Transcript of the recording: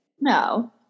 No